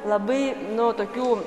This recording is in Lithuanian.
labai no tokių